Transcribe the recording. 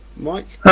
mike.